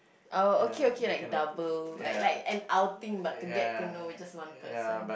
oh okay okay like double like like an outing but to get to know just one person